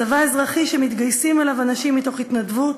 צבא אזרחי שמתגייסים אליו אנשים מתוך התנדבות,